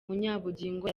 munyabugingo